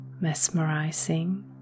mesmerizing